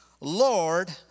Lord